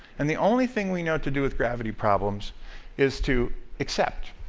and the only thing we know to do with gravity problems is to accept.